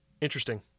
interesting